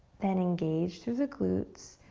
then engage through the glutes.